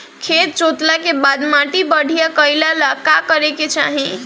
खेत जोतला के बाद माटी बढ़िया कइला ला का करे के चाही?